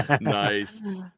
Nice